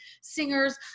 singers